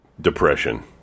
depression